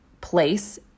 place